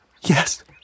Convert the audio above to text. Yes